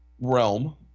realm